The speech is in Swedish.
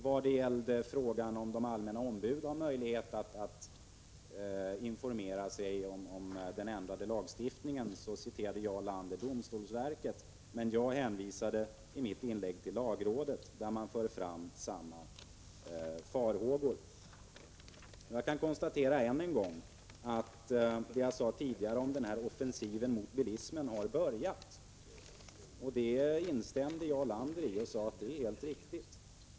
Vad gäller frågan huruvida de allmänna ombuden har möjlighet att informera sig om den ändrade lagstiftningen citerade Jarl Lander domstolsverket, men jag hänvisade i mitt inlägg till lagrådet, som för fram samma farhågor som jag. Jag kan, som jag tidigare sade, konstatera att offensiven mot bilismen har börjat. Det instämde Jarl Lander i och sade att det är helt riktigt.